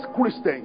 Christians